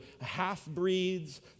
half-breeds